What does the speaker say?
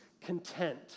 content